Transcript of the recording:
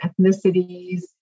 ethnicities